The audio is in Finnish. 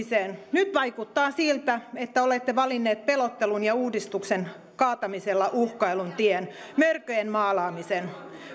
nyt vaikuttaa siltä että olette valinneet pelottelun sekä uudistuksen kaatamisella uhkailun tien mörköjen maalaamisen